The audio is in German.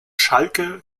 schalke